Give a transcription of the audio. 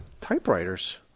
typewriters